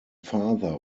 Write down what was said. father